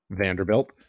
Vanderbilt